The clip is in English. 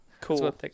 cool